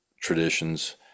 traditions